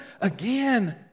again